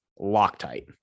Loctite